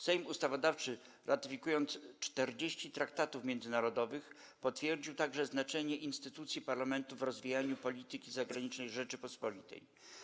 Sejm Ustawodawczy, ratyfikując 40 traktatów międzynarodowych, potwierdził także znaczenie instytucji parlamentu w rozwijaniu polityki zagranicznej Rzeczypospolitej.